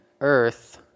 Earth